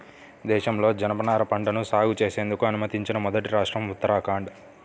దేశంలో జనపనార పంటను సాగు చేసేందుకు అనుమతించిన మొదటి రాష్ట్రం ఉత్తరాఖండ్